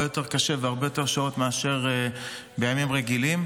יותר קשה והרבה יותר שעות מאשר בימים רגילים.